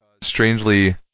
strangely